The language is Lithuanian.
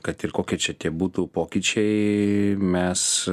kad ir kokie čia tie būtų pokyčiai mes